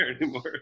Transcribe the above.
anymore